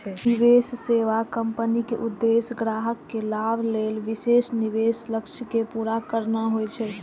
निवेश सेवा कंपनीक उद्देश्य ग्राहक के लाभ लेल विशेष निवेश लक्ष्य कें पूरा करना होइ छै